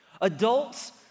Adults